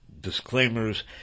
disclaimers